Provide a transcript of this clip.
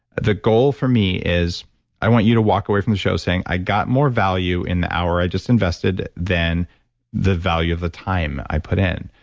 the goal for me is i want you to walk away from the show saying, i got more value in the hour i just invested than the value of the time i put in.